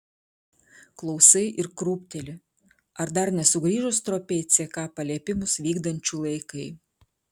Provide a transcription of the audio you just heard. klausai ir krūpteli ar dar nesugrįžo stropiai ck paliepimus vykdančių laikai